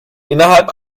innerhalb